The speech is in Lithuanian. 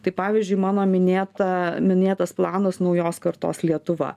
tai pavyzdžiui mano minėta minėtas planas naujos kartos lietuva